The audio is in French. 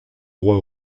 droit